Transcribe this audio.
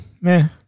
man